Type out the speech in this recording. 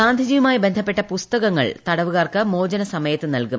ഗാന്ധിജിയുമായി ബന്ധപ്പെട്ട പുസ്തകങ്ങൾ തടവു കാർക്ക് മോചന സമയത്ത് നൽകും